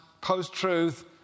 post-Truth